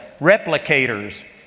replicators